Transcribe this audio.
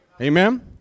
Amen